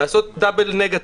לעשות דבל נגטיב.